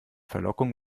verlockung